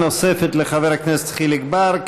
שאלה נוספת לחבר הכנסת חיליק בר,